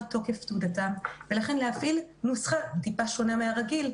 תוקף תעודתם ולכן להפעיל נוסחה טיפה שונה מהרגיל,